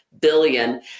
billion